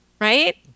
Right